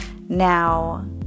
now